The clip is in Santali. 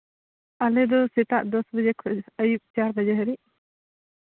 ᱟᱞᱮ ᱫᱚ ᱥᱮᱛᱟᱜ ᱫᱚᱥ ᱵᱟᱡᱮ ᱠᱷᱚᱱ ᱟᱹᱭᱩᱵ ᱪᱟᱨ ᱵᱟᱡᱮ ᱫᱷᱟᱹᱵᱤᱡ